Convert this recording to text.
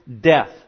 death